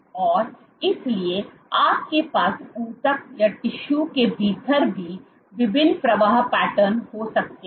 और इसलिए आपके पास ऊतकके भीतर भी विभिन्न प्रवाह पैटर्न हो सकते हैं